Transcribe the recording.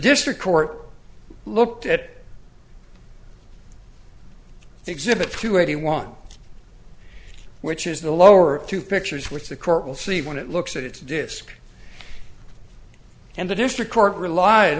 district court looked at exhibit two eighty one which is the lower two pictures which the court will see when it looks at its disc and the district court relied